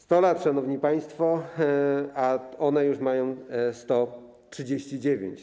100 lat, szanowni państwo, a one już mają 139.